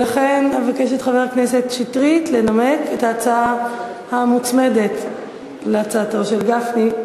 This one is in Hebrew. ולכן אבקש מחבר הכנסת שטרית לנמק את ההצעה המוצמדת להצעתו של גפני.